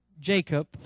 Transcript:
Jacob